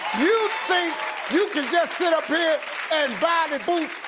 you think you can just sit up here and buy boots,